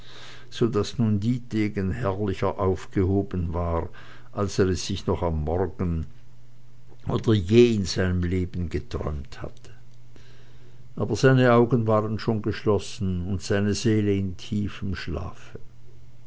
so daß nun dietegen herrlicher aufgehoben war als er es sich noch am morgen oder je in seinem leben geträumt hätte aber seine augen waren schon geschlossen und seine seele in tiefem schlafe